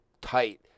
tight